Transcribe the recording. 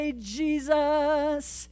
Jesus